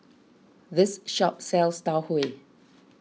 this shop sells Tau Huay